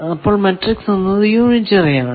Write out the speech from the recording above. അപ്പോൾ മാട്രിക്സ് എന്നത് യൂണിറ്ററി ആണ്